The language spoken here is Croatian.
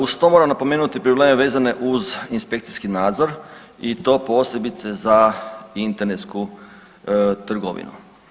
Uz to moram napomenuti i probleme vezane uz inspekcijski nadzor i to posebice za internetsku trgovinu.